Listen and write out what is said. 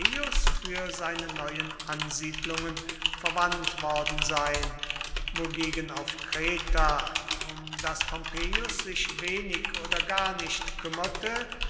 für seine neuen ansiedlungen verwandt worden sein wogegen auf kreta um das pompeius sich wenig oder gar nicht kümmerte